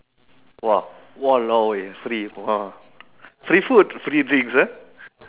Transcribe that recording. !wah! !walao! eh free food free drinks ah